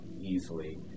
easily